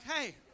hey